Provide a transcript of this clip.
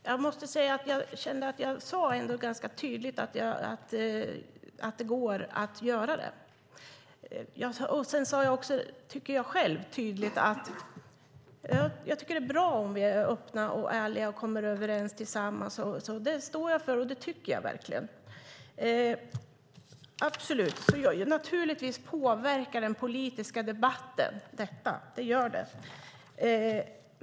Fru talman! Jag tycker ända att jag ganska tydligt sade att det går att göra det. Det är bra om vi är öppna och ärliga och kommer överens. Det står jag för och det tycker jag verkligen. Naturligtvis påverkar den politiska debatten detta.